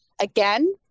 Again